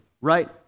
right